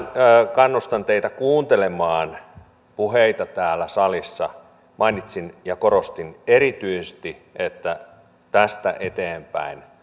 kannustan teitä kuuntelemaan puheita täällä salissa mainitsin ja korostin erityisesti että tästä eteenpäin